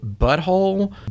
butthole